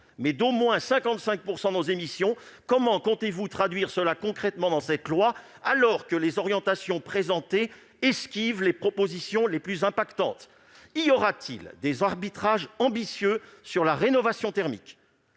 mais d'au moins 55 % nos émissions de gaz à effet de serre, comment comptez-vous traduire cela concrètement dans cette loi, alors que les orientations présentées esquivent les propositions les plus fortes ? Y aura-t-il des arbitrages ambitieux sur la rénovation thermique,